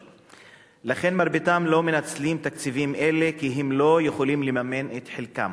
ולכן מרביתם לא מנצלים תקציבים אלה כי הם לא יכולים לממן את חלקם.